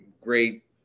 great